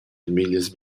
famiglias